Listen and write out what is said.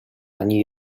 ani